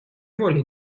воли